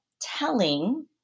telling